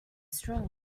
strong